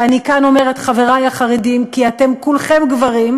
ואני אומרת כאן "חברי החרדים",